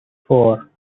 four